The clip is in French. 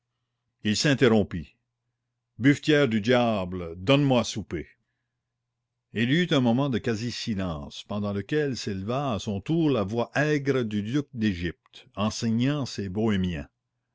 il s'interrompit buvetière du diable donne-moi à souper il y eut un moment de quasi silence pendant lequel s'éleva à son tour la voix aigre du duc d'égypte enseignant ses bohémiens